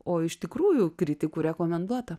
o iš tikrųjų kritikų rekomenduotą